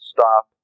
Stop